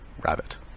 rabbit